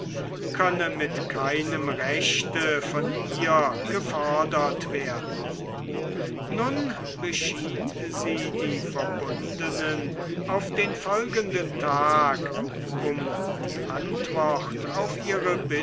könne mit keinem rechte von ihr gefordert werden nun beschied sie die verbundenen auf den folgenden tag um die antwort auf ihre